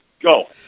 go